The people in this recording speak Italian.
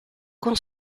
con